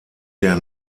der